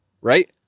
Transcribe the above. right